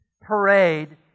parade